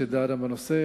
שדנה בנושא,